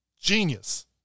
genius